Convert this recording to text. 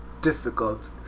Difficult